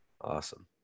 awesome